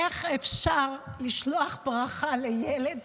איך אפשר לשלוח ברכה לילד